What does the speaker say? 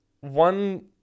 one